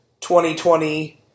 2020